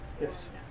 Yes